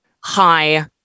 high